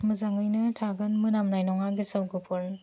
मोजाङैनो थागोन मोनामनाय नङा गेसाव गोफोन